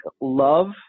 love